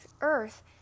earth